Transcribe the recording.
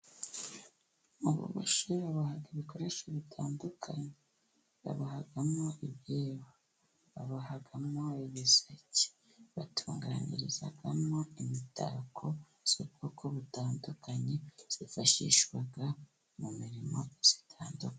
Mububoshyi babaha ibikoresho bitandukanye, babahamo ibyibo, babahamo ibiseke, batunganyirizamo imitako y'ubwoko butandukanye, yifashishwa mu mirimo itandukanye.